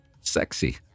sexy